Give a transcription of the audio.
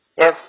Yes